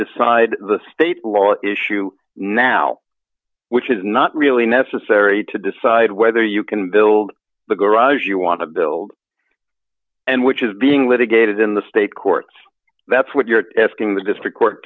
decide the state law issue now which is not really necessary to decide whether you can build the garage you want to build and which is being litigated in the state courts that's what you're asking the district